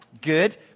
Good